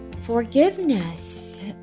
forgiveness